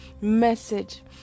message